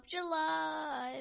July